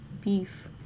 beef